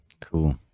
cool